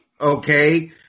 Okay